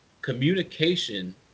Communication